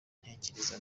ndatekereza